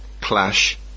clash